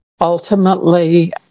Ultimately